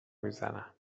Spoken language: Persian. میزنم